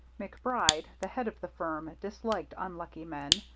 macbride, the head of the firm, disliked unlucky men,